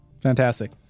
Fantastic